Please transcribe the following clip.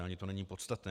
Ani to není podstatné.